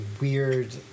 weird